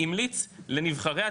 המליץ לנבחרי הציבור,